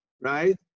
right